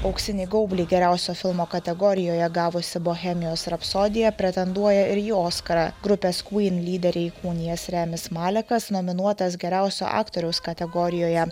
auksinį gaublį geriausio filmo kategorijoje gavusi bohemijos rapsodija pretenduoja ir į oskarą grupės queen lyderį įkūnijęs remis malekas nominuotas geriausio aktoriaus kategorijoje